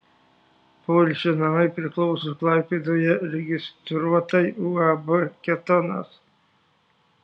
poilsio namai priklauso klaipėdoje registruotai uab ketonas